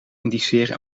indiceren